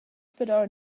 però